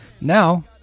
Now